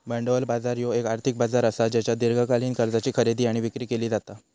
भांडवल बाजार ह्यो येक आर्थिक बाजार असा ज्येच्यात दीर्घकालीन कर्जाची खरेदी आणि विक्री केली जाता